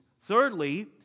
Thirdly